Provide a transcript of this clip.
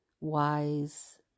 wise